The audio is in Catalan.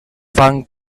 fan